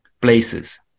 places